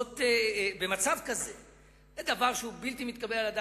זה דבר שהוא בלתי מתקבל על הדעת.